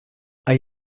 hay